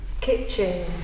Kitchen